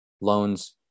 loans